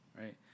right